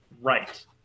Right